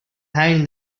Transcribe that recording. hand